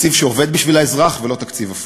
תקציב שעובד בשביל האזרח, ולא תקציב הפוך.